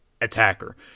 attacker